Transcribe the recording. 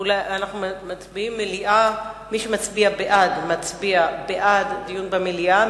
מי שמצביע בעד, מצביע בעד דיון במליאה.